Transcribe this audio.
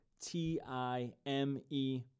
T-I-M-E